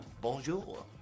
Bonjour